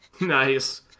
Nice